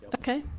okay.